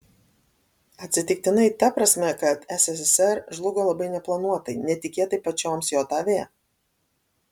atsitiktinai ta prasme kad sssr žlugo labai neplanuotai netikėtai pačioms jav